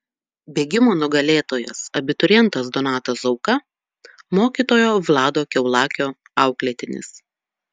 bėgimo nugalėtojas abiturientas donatas zauka mokytojo vlado kiaulakio auklėtinis